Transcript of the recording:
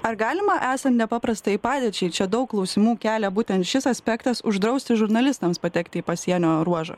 ar galima esant nepaprastajai padėčiai čia daug klausimų kelia būtent šis aspektas uždrausti žurnalistams patekti į pasienio ruožą